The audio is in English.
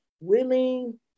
willing